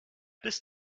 bist